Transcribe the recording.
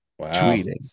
tweeting